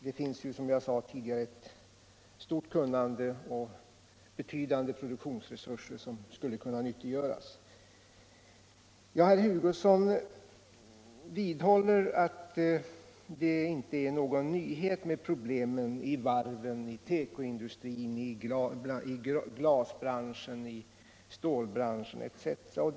Det finns ju, som jag sade tidigare, ett stort kunnande och betydande produktionsresurser som skulle kunna nyttiggöras. Herr Hugosson vidhåller att det inte är någon nyhet detta med problemen i varven, tekoindustrin, glasbranschen, stålbranschen etc.